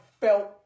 felt